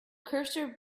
cursor